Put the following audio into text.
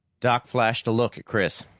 doc flashed a look at chris.